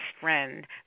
friend